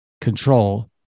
control